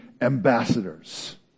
ambassadors